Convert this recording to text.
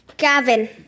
Gavin